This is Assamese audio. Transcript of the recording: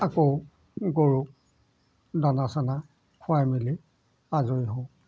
আকৌ গৰুক দানা চানা খোৱাই মেলি আজৰি হওঁ